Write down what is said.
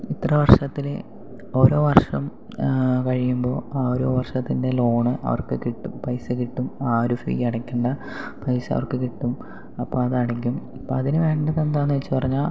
ഇത്ര വർഷത്തിൽ ഓരോ വർഷം കഴിയുമ്പോൾ ഓരോ വർഷത്തിൻ്റെ ലോൺ അവർക്ക് കിട്ടും പൈസ കിട്ടും ആ ഒരു ഫീ അടക്കേണ്ട പൈസ അവർക്ക് കിട്ടും അപ്പം അതടയ്ക്കും അപ്പം അതിനു വേണ്ടത് എന്താണെന്ന് വെച്ചു പറഞ്ഞാൽ